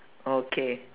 okay